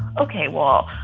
ok, well,